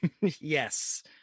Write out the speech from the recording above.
yes